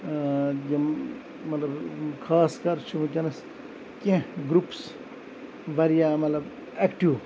یِم مَطلَب خاص کر چھِ ونکیٚنَس کینٛہہ گروٚپٕس واریاہ مَطلَب ایٚکٹِو